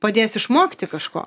padės išmokti kažko